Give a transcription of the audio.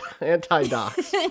Anti-docs